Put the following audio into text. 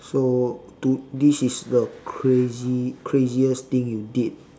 so to this is the crazy craziest thing you did